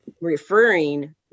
referring